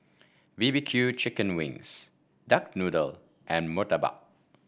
B B Q Chicken Wings Duck Noodle and Murtabak